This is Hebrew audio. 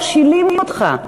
מכשילים אותך.